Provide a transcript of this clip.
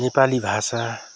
नेपाली भाषा